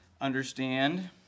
understand